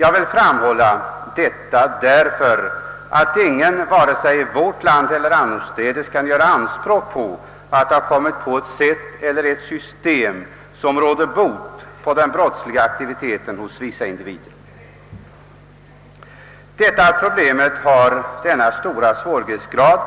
Jag vill framhålla detta därför att ingen, vare sig i vårt land eller annorstädes, kan göra anspråk på att ha funnit ett system som råder bot på den brottsliga aktiviteten hos vissa individer. Att problemet har denna höga svårighetsgrad